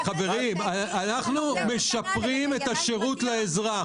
אנחנו משפרים את השירות לאזרח.